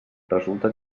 resulta